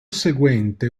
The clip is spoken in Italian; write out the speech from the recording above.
seguente